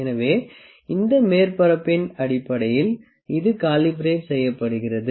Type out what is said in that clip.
எனவே இந்த மேற்பரப்பின் அடிப்படையில் இது காலிபரேட் செய்யப்படுகிறது